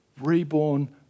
Reborn